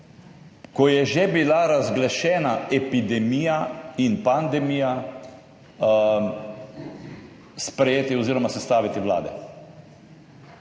ko je že bila razglašena epidemija in pandemija, sprejeti oziroma sestaviti vlade,